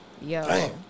yo